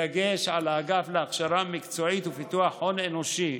בדגש על האגף להכשרה מקצועית ופיתוח הון אנושי,